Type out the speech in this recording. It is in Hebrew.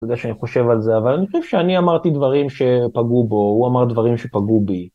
זה שאני חושב על זה, אבל אני חושב שאני אמרתי דברים שפגעו בו, הוא אמר דברים שפגעו בי.